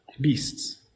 beasts